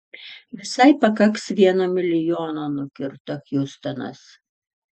visai pakaks vieno milijono nukirto hiustonas